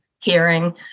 hearing